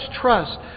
trust